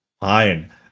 Fine